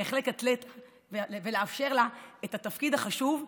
בהחלט לתת ולאפשר לה את התפקיד החשוב.